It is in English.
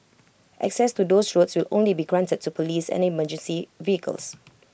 access to those roads will only be granted to Police and emergency vehicles